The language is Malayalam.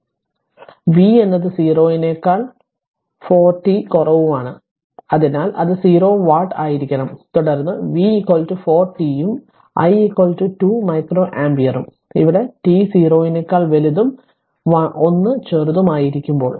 അതിനാൽ v എന്നത് 0 നെക്കാൾ 0 4 t കുറവാണ് അതിനാൽ അത് 0 വാട്ട് ആയിരിക്കണം തുടർന്ന് v 4 t ഉം i 2 മൈക്രോ ആമ്പിയറും ഇവിടെ t 0 നേക്കാൾ വലുതും 1 ചെറുതും ആയിരിക്കുമ്പോൾ